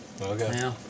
Okay